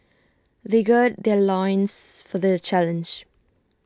they gird their loins for the challenge